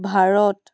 Bharat